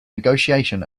negotiation